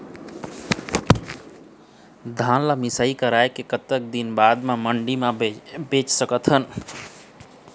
धान ला मिसाई कराए के कतक दिन बाद मा मंडी मा बेच सकथन?